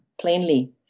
plainly